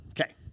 Okay